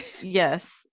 yes